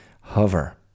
Hover